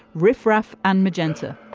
riff raff and magenta.